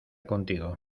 contigo